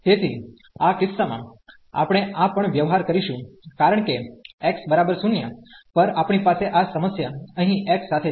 તેથીઆ કિસ્સામાં આપણે આ પણ વ્યવહાર કરીશું કારણ કે x 0 પર આપણી પાસે આ સમસ્યા અહીં x સાથે છે